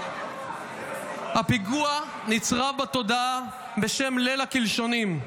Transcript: הפיגוע נצרב בתודעה בשם "ליל הקלשונים".